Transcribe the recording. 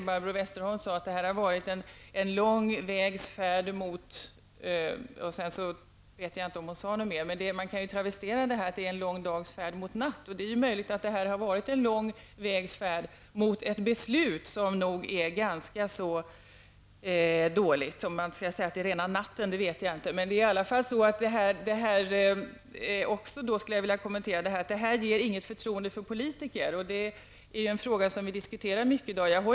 Barbro Westerholm sade att detta har varit en ''lång vägs färd mot'', men jag tror inte att hon avslutade meningen. Man skulle kunna travestera lång dags färd mot natt, och det är möjligt att det här har varit en lång vägs färd mot ett beslut som nog är ganska dåligt. Jag vet dock inte om man skall säga att det är rena natten. Det här ger dock inget förtroende för politiker, och det är en fråga som vi diskuterar mycket i dag.